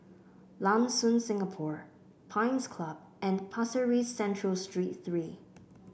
Lam Soon Singapore Pines Club and Pasir Ris Central Street Three